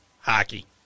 hockey